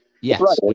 Yes